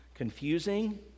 Confusing